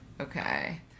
Okay